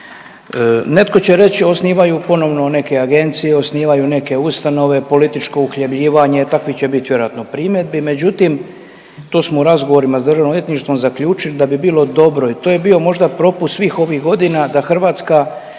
Netko će reći osnivaju ponovno neke agencije, osnivaju neke ustanove, političko uhljebljivanje takvih će bit vjerojatno primjedbi. Međutim, tu smo u razgovorima s državnim odvjetništvom zaključili da bi bilo dobro i to je bio možda propust svih ovih godina da Hrvatska